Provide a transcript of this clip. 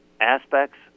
aspects